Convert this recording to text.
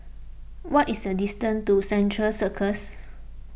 what is the distance to Central Circus